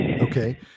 Okay